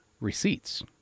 receipts